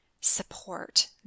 support